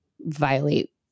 violate